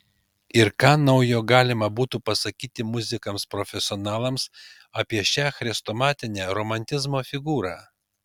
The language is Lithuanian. ir ką naujo galima būtų pasakyti muzikams profesionalams apie šią chrestomatinę romantizmo figūrą